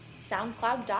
SoundCloud.com